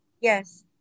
Yes